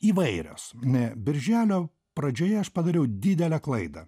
įvairios birželio pradžioje aš padariau didelę klaidą